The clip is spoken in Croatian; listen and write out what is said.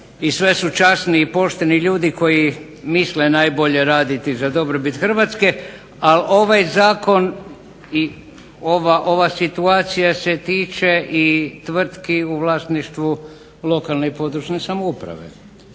i sve su časni i pošteni ljudi koji misle najbolje raditi za dobrobit Hrvatske, ali ovaj zakon i ova situacija se tiče tvrtki u vlasništvu lokalne i područne samouprave.